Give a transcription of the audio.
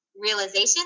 realization